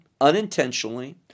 unintentionally